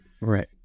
Right